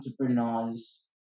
entrepreneurs